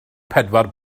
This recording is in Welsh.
pedwar